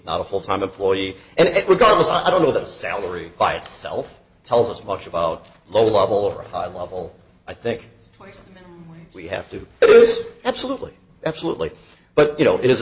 not a full time employee and that regardless i don't know the salary by itself tells us much about low level or high level i think we have to absolutely absolutely but you know i